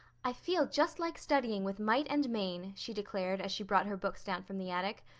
i feel just like studying with might and main, she declared as she brought her books down from the attic.